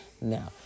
Now